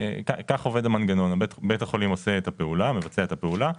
ככה עובד המנגנון בית החולים מבצע את הפעולה,